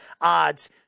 odds